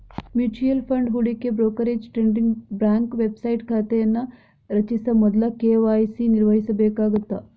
mutual fund ಹೂಡಿಕೆ brokerage trading bank website ಖಾತೆಯನ್ನ ರಚಿಸ ಮೊದ್ಲ ಕೆ.ವಾಯ್.ಸಿ ನಿರ್ವಹಿಸಬೇಕಾಗತ್ತ